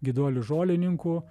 gyduolių žolininkų